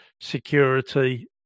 security